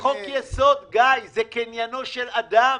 זה חוק יסוד, גיא, זה קניינו של אדם.